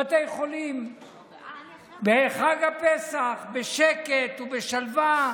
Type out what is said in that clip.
בתי חולים בחג הפסח בשקט ובשלווה,